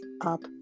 up